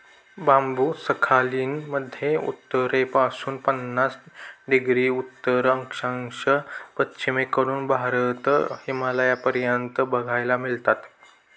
बांबु Sakhalin मध्ये उत्तरेपासून पन्नास डिग्री उत्तर अक्षांश, पश्चिमेकडून भारत, हिमालयापर्यंत बघायला मिळतात